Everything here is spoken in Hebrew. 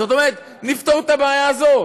זאת אומרת, נפתור את הבעיה הזאת.